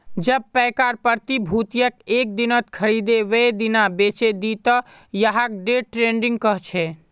जब पैकार प्रतिभूतियक एक दिनत खरीदे वेय दिना बेचे दे त यहाक डे ट्रेडिंग कह छे